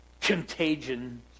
Contagion